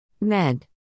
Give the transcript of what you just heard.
MED